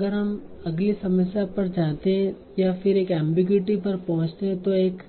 अब हम अगली समस्या पर जाते हैं या फिर एक एमबीगुइटी पर पहुंचते हैं जो एक